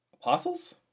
apostles